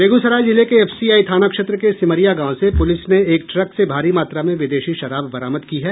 बेगूसराय जिले के एफसीआई थाना क्षेत्र के सिमरिया गांव से पुलिस ने एक ट्रक से भारी मात्रा में विदेशी शराब बरामद की है